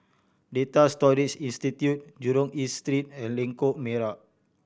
Data Storage Institute Jurong East Street and Lengkok Merak